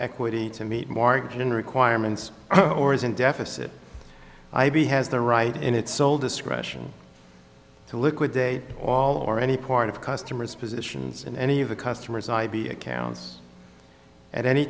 equity to meet margin requirements or is in deficit i b has the right in its sole discretion to liquidate all or any part of customer's positions in any of the customer's ib accounts at any